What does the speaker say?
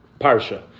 parsha